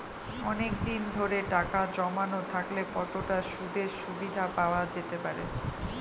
অনেকদিন ধরে টাকা জমানো থাকলে কতটা সুদের সুবিধে পাওয়া যেতে পারে?